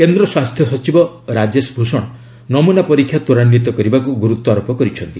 କେନ୍ଦ୍ର ସ୍ୱାସ୍ଥ୍ୟ ସଚିବ ରାଜେଶ ଭୂଷଣ ନମୁନା ପରୀକ୍ଷା ତ୍ୱରାନ୍ୱିତ କରିବାକୁ ଗୁରୁତ୍ୱାରୋପ କରିଛନ୍ତି